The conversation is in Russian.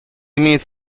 имеет